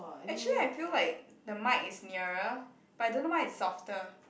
actually I feel like the mic is nearer but I don't know why it's softer